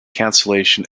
cancellation